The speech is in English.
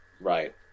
right